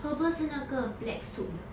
herbal 是那个 black soup 的